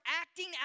acting